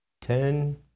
ten